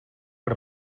per